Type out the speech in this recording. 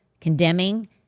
condemning